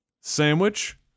Sandwich